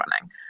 running